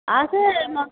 ଆସେ